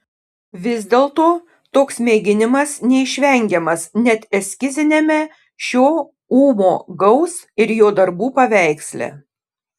vis dėlto toks mėginimas neišvengiamas net eskiziniame šio ūmo gaus ir jo darbų paveiksle